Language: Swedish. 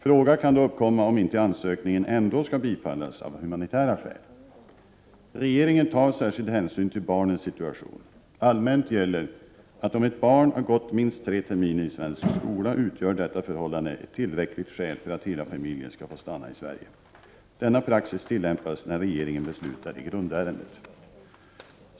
Frågan kan då uppkomma om inte ansökningen ändå skall bifallas av humanitära skäl. Regeringen tar särskild hänsyn till barnens situation. Allmänt gäller att om ett barn har gått minst tre terminer i svensk skola, utgör detta förhållande ett tillräckligt skäl för att hela familjen skall få stanna i Sverige. Denna praxis tillämpas när regeringen beslutar i grundärendet.